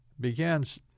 begins